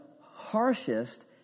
harshest